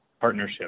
partnership